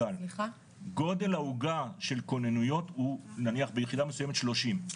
גודל העוגה של כוננויות הוא נניח ביחידה מסויימת שלושים,